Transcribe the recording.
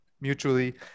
mutually